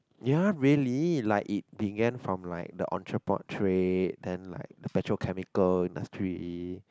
ya really like it began from like the entrepot trade then like the petrochemical industry